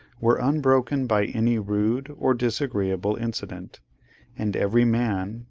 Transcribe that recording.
were unbroken by any rude or disagreeable incident and every man,